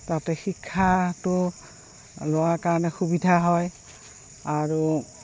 তাতে শিক্ষাটো লোৱাৰ কাৰণে সুবিধা হয় আৰু